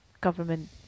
government